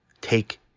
take